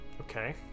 Okay